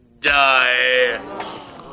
Die